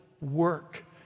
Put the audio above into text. work